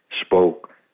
spoke